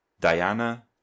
Diana